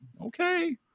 okay